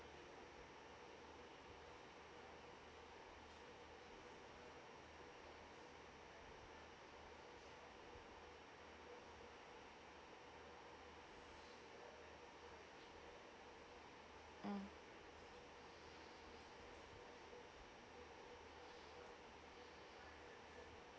mm